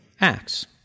Acts